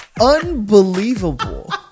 Unbelievable